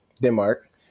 Denmark